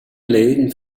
leden